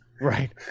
right